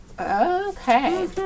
Okay